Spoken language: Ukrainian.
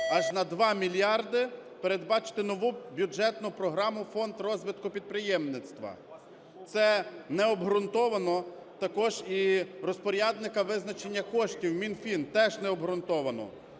аж на 2 мільярди передбачити нову бюджетну програму "Фонд розвитку підприємництва". Це не обґрунтовано також і розпорядника визначення коштів – Мінфін – теж не обґрунтовано.